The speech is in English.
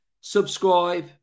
Subscribe